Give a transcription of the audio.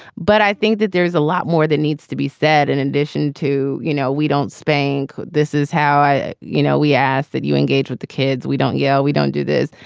but i think that there is a lot more that needs to be said in addition to, you know, we don't spank. this is how, you know, we ask that you engage with the kids. we don't yell. we don't do this.